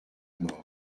mort